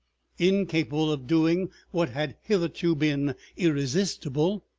incapable of doing what had hitherto been irresistible,